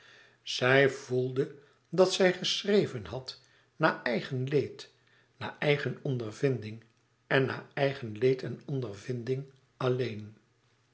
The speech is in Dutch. zij voelde dat zij geschreven had na eigen leed na eigen ondervinding en na eigen leed en ondervinding alléen